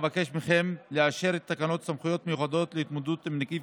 אבקש מכם לאשר את תקנות סמכויות מיוחדות להתמודדות עם נגיף